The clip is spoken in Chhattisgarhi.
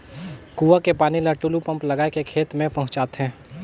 कुआं के पानी ल टूलू पंप लगाय के खेत में पहुँचाथे